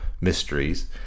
mysteries